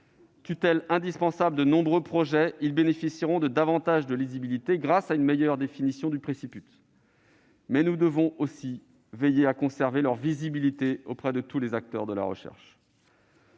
Tutelle indispensable de nombreux projets, ils bénéficieront de davantage de lisibilité grâce à une meilleure définition du préciput. Mais nous devons aussi veiller à conserver leur visibilité auprès de tous les acteurs de la recherche.